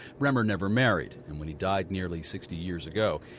bremer never married and when he died nearly sixty years ago,